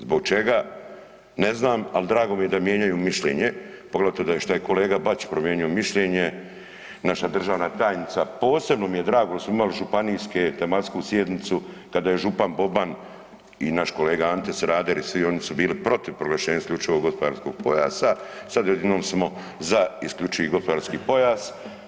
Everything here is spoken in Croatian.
Zbog čega, ne znam ali drago mi je da mijenjaju mišljenje, poglavito što je kolega Bačić promijenio mišljenje, naša državna tajnica, posebno mi je drago što smo imali županijsku tematsku sjednicu kada je župan Boban i naš kolega Ante Sanader i svi oni su bili protiv proglašenja isključivog gospodarskog pojasa, sad odjednom donosimo za isključivi gospodarski pojas.